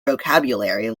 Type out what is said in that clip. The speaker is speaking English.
vocabulary